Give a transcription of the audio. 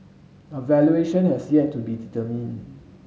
a valuation has yet to be determine